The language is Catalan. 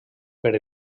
per